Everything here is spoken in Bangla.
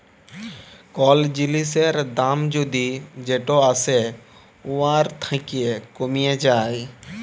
কল জিলিসের দাম যদি যেট আসে উয়ার থ্যাকে কমে যায়